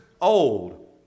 old